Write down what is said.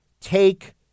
take